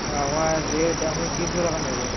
আমার রেট আমি তিনশো টাকা নেব